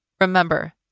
Remember